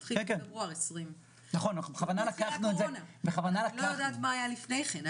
מתחיל מפברואר 2020, אני לא יודעת מה היה לפני כן.